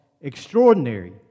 extraordinary